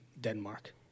Denmark